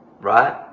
right